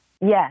Yes